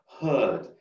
heard